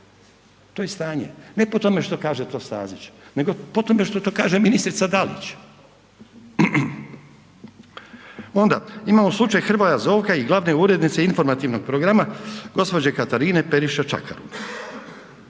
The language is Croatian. to je stanje, ne po tome što to kaže Stazić neto po tome što to kaže ministrica Dalić. Ona imamo slučaj Hrvoja Zovka i glavne urednice Informativnog programa gospođe Katarine Periša Čakarun.